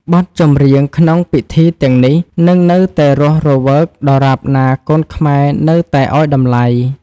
បទចម្រៀងក្នុងពិធីទាំងនេះ នឹងនៅតែរស់រវើកដរាបណាកូនខ្មែរនៅតែឱ្យតម្លៃ។